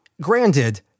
Granted